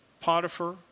Potiphar